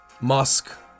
Musk